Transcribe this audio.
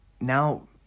now